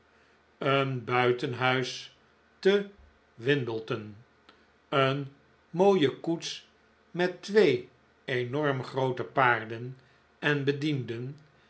een buitenhuis te winbleton een mooie koets met twee enorm groote paarden en bedienden